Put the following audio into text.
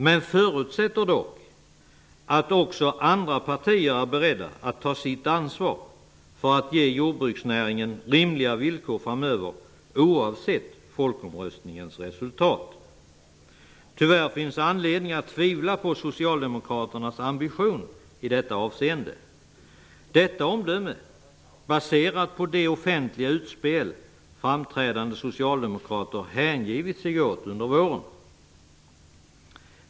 Men vi förutsätter dock att också andra partier är beredda att ta sitt ansvar för att ge jordbruksnäringen rimliga villkor framöver, oavsett folkomröstningens resultat. Tyvärr finns det anledning att tvivla på Socialdemokraternas ambition i detta avseende. Detta omdöme baseras på de offentliga utspel som framträdande socialdemokrater har hängivit sig åt under våren.